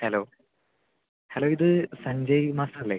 hello hello ഇത് Sanjay master അല്ലെ